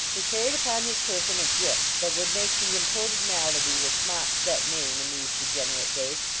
he carried upon his person a grip that would make the imported malady which mocks that name in these degenerate days,